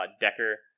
Decker